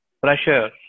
pressure